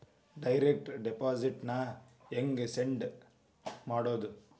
Direct deposit ನ ಹೆಂಗ್ set ಮಾಡೊದು?